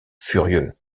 furieux